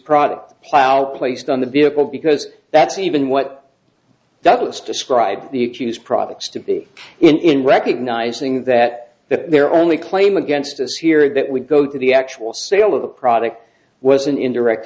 product plough placed on the vehicle because that's even what douglas described the choose products to be in recognizing that that their only claim against us here it would go to the actual sale of the product was an indirect